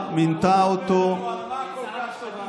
בוא תספר לנו על מה כל כך טובה.